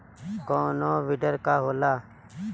कोनो बिडर का होला?